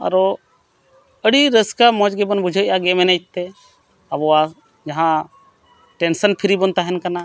ᱟᱨᱦᱚᱸ ᱟᱹᱰᱤ ᱨᱟᱹᱥᱠᱟᱹ ᱢᱚᱡᱽ ᱜᱮᱵᱚᱱ ᱵᱩᱡᱷᱟᱹᱣᱮᱫᱼᱟ ᱮᱱᱮᱡ ᱛᱮ ᱟᱵᱚᱣᱟᱜ ᱡᱟᱦᱟᱸ ᱵᱚᱱ ᱛᱟᱦᱮᱱ ᱠᱟᱱᱟ